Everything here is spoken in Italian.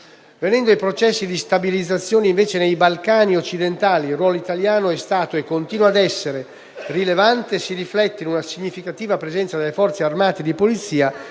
Venendo ai processi di stabilizzazione nei Balcani occidentali, il ruolo italiano è stato e continua ad essere molto rilevante e si riflette in una significativa presenza delle Forze armate e di polizia